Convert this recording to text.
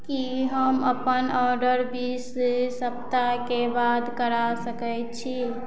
कि हम अपन ऑर्डर बीस सप्ताहके बाद करा सकैत छी